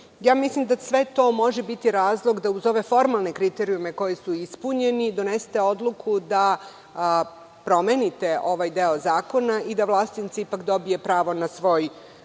mislim da sve to može biti razlog da, uz ove formalne kriterijume koji su ispunjeni, donesete odluku da promenite ovaj deo zakona i Vlasotince ipak dobije pravo na svoj